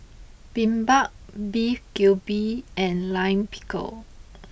Bibimbap Beef Galbi and Lime Pickle